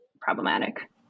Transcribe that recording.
problematic